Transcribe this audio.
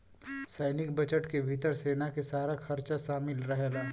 सैनिक बजट के भितर सेना के सारा खरचा शामिल रहेला